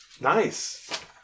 Nice